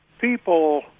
People